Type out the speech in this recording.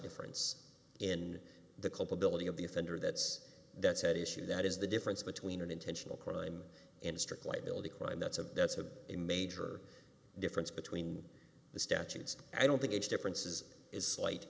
difference in the culpability of the offender that's that's at issue that is the difference between an intentional crime and strict liability crime that's a that's a major difference between the statutes i don't think age differences is slight